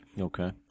Okay